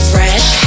Fresh